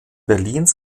berlins